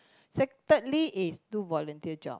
sec~ thirdly is do volunteer job